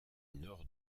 nord